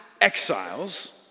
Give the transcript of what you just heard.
exiles